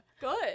Good